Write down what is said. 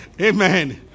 Amen